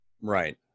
Right